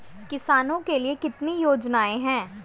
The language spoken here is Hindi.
किसानों के लिए कितनी योजनाएं हैं?